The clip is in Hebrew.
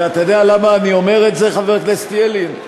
ואתה יודע למה אני אומר את זה, חבר הכנסת ילין?